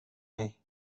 niej